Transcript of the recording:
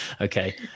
Okay